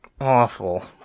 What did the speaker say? awful